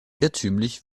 irrtümlich